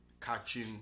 catching